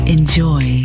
Enjoy